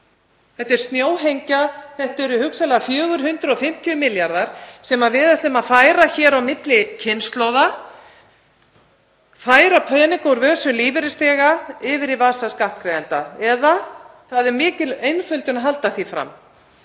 Þetta er snjóhengja. Þetta eru hugsanlega 450 milljarðar sem við ætlum að færa hér á milli kynslóða, færa peninga úr vösum lífeyrisþega yfir í vasa skattgreiðenda eða það er mikil einföldun að halda því fram.